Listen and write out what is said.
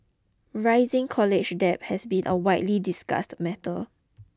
rising college debt has been a widely discussed matter